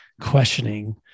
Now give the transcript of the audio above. questioning